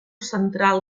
central